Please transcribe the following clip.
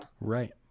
Right